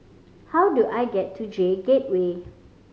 how do I get to J Gateway